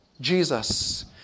Jesus